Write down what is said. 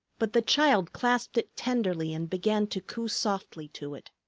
but the child clasped it tenderly and began to coo softly to it.